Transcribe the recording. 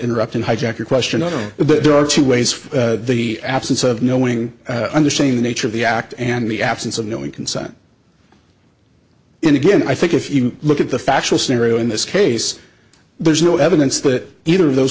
interrupt and hijack your question on it but there are two ways for the absence of knowing understand the nature of the act and the absence of knowing consent and again i think if you look at the factual scenario in this case there's no evidence that either of those